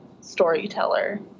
storyteller